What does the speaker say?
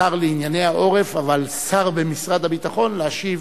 שר לענייני העורף, אבל שר במשרד הביטחון, להשיב